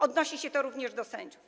Odnosi się to również do sędziów.